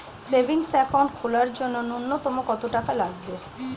Savings account খোলার জন্য নূন্যতম কত টাকা লাগবে?